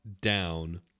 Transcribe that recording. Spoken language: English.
down